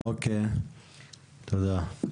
אוקי, תודה.